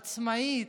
עצמאית,